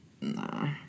Nah